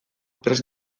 prest